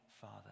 father